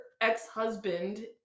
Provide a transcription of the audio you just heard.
ex-husband